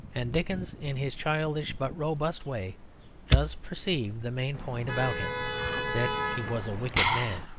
and dickens in his childish but robust way does perceive the main point about him that he was a wicked man.